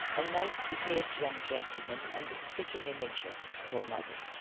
a nice-behaved young gentleman, and the spitten image of his poor mother.